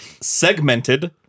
Segmented